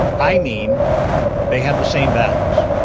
i mean they have the same values.